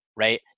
right